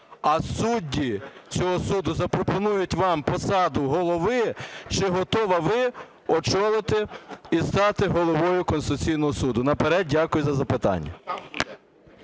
а судді цього суду запропонують вам посаду Голови, чи готова ви очолити і стати Головою Конституційного Суду? Наперед дякую за запитання.